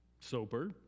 sober